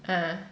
ah